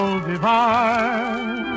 divine